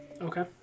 Okay